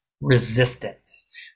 Resistance